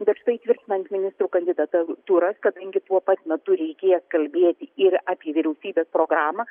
bet štai tvirtinant ministrų kandidatūras kadangi tuo pat metu reikės kalbėti ir apie vyriausybės programą